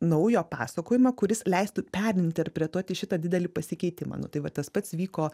naujo pasakojimo kuris leistų perinterpretuoti šitą didelį pasikeitimą nu tai va tas pats vyko